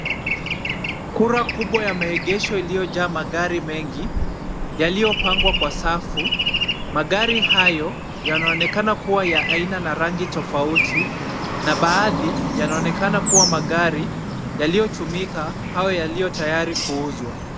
Kura kubwa ya maegesho iliyojaa magari mengi yaliyopangwa kwa safu. Magari hayo yanaonekana kuwa ya aina na rangi tofauti na baadhi yanaonekana kuwa magari yaliyotumika au yaliyo tayari kuuzwa.